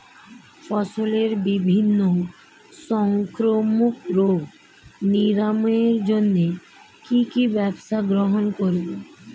ফসলের বিভিন্ন সংক্রামক রোগ নিরাময়ের জন্য কি কি ব্যবস্থা গ্রহণ করব?